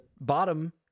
bottom